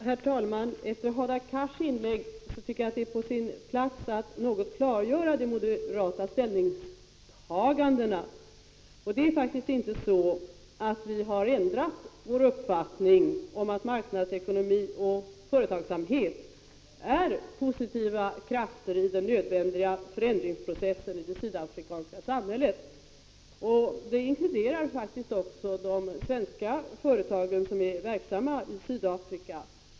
Herr talman! Efter Hadar Cars inlägg tycker jag att det är på sin plats att något förklara de moderata ställningstagandena. Vi har faktiskt inte ändrat vår uppfattning om att marknadsekonomi och företagsamhet är positiva krafter i den nödvändiga förändringsprocessen i det sydafrikanska samhället. Däri inkluderas också de svenska företag som är verksamma i Sydafrika.